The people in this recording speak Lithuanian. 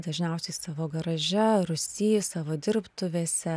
dažniausiai savo garaže rūsy savo dirbtuvėse